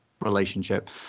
relationship